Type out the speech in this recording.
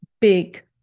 big